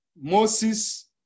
Moses